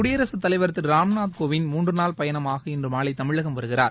குடியரசுத் தலைவர் திருராம்நாத் கோவிந்த் மூன்றுநாள் பயணமாக இன்றமாலைதமிழகம் வருகிறார்